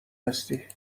هستی